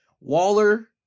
Waller